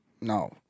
no